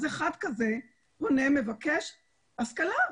אחד כזה פונה ומבקש השכלה.